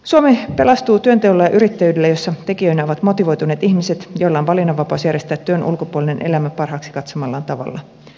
suomi pelastuu työnteolla ja yrittäjyydellä missä tekijöinä ovat motivoituneet ihmiset joilla on valinnanvapaus järjestää työn ulkopuolinen elämä parhaaksi katsomallaan tavalla